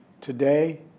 Today